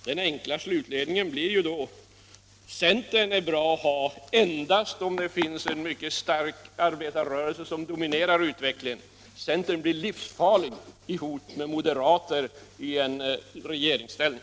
Den enkla slutledningen blir då att centern är bra att ha endast om det finns en mycket stark arbetarrörelse som dominerar utvecklingen, medan centern blir livsfarlig tillsammans med moderater i regeringsställning.